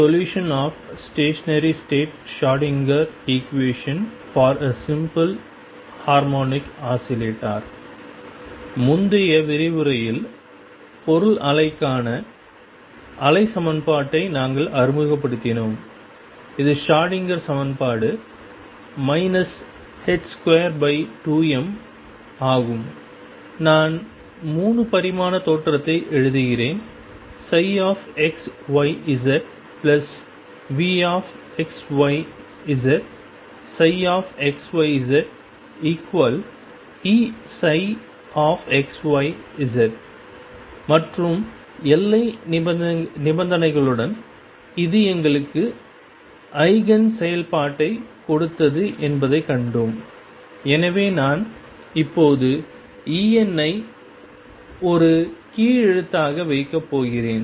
solution of stationary state Schrodinger equation for a simple harmonic oscillator முந்தைய விரிவுரையில் பொருள் அலைகளுக்கான அலை சமன்பாட்டை நாங்கள் அறிமுகப்படுத்தினோம் இது ஷ்ரோடிங்கர் சமன்பாடு 22m ஆகும் நான் 3 பரிமாண தோற்றத்தை எழுதுகிறேன்ψxyz VxyzxyzEψxyz மற்றும் எல்லை நிபந்தனைகளுடன் அது எங்களுக்கு ஈஜென் செயல்பாட்டைக் கொடுத்தது என்பதைக் கண்டோம் எனவே நான் இப்போது En ஐ ஒரு கீழ்எழுத்து ஆக வைக்கப் போகிறேன்